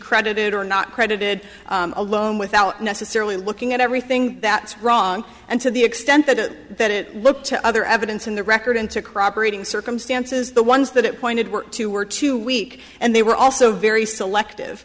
credited or not credited alone without necessarily looking at everything that's wrong and to the extent that looked to other evidence in the record to corroborating circumstances the ones that it pointed were two were too weak and they were also very selective